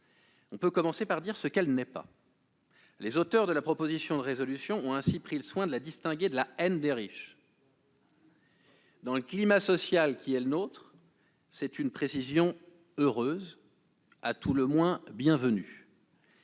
On peut commencer par dire ce qu'elle n'est pas. Les auteurs de cette proposition de résolution ont ainsi pris soin de la distinguer de la haine des riches. Dans le climat social qui est le nôtre, c'est une précision heureuse, à tout le moins bienvenue.